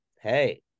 hey